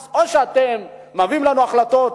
אז או שאתם מביאים לנו החלטות